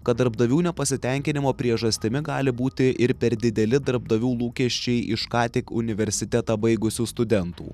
kad darbdavių nepasitenkinimo priežastimi gali būti ir per dideli darbdavių lūkesčiai iš ką tik universitetą baigusių studentų